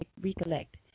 recollect